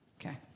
okay